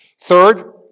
Third